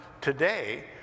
today